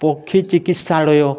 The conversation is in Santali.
ᱯᱚᱠᱠᱷᱤ ᱪᱤᱠᱤᱥᱥᱟᱲᱚᱭᱚ